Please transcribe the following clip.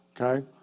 Okay